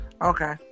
Okay